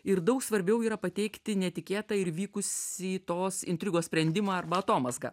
ir daug svarbiau yra pateikti netikėtą ir vykusį tos intrigos sprendimą arba atomazgą